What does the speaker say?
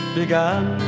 began